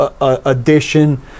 addition